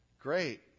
Great